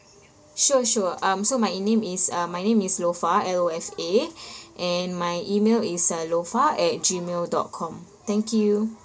sure sure um so my name is uh my name is lofa L O F A and my email is uh lofa at gmail dot com thank you